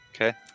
Okay